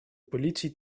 politie